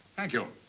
thank you.